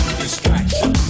distraction